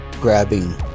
grabbing